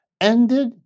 ended